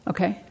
Okay